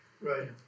Right